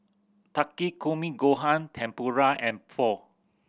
Takikomi Gohan Tempura and Pho